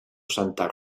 santa